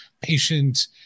patient